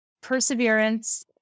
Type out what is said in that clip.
perseverance